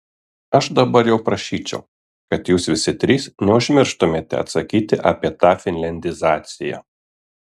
aš dabar jau prašyčiau kad jūs visi trys neužmirštumėte atsakyti apie tą finliandizaciją